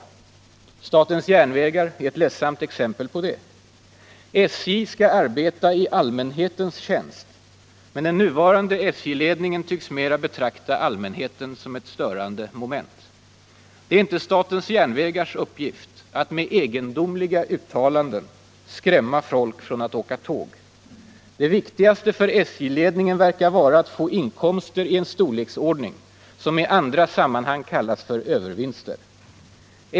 Statens järnvägar är ett ledsamt exempel på det. SJ skall arbeta i allmänhetens tjänst — men den nuvarande SJ-ledningen tycks mera betrakta allmänheten som ett störande moment. Det är inte statens järnvägars uppgift att med egendomliga uttalanden skrämma folk från att åka tåg. Det viktigaste för SJ-ledningen verkar vara att få inkomster i en storleksordning som i andra sammanhang kallas för övervinster.